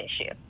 issue